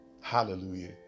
Hallelujah